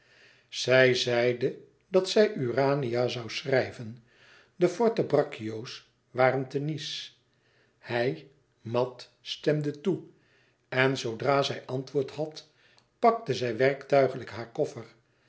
zij zeide dat zij urania zoû schrijven de forte braccios waren te nice hij mat stemde toe en zoodra zij antwoord had pakte zij werktuigelijk haar koffer